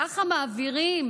ככה מעבירים